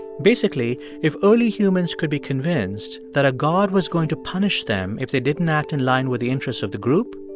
basically, if only humans could be convinced that a god was going to punish them if they didn't act in line with the interests of the group,